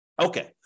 Okay